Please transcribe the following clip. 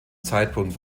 zeitpunkt